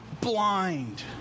blind